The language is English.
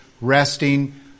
resting